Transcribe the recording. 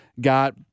got –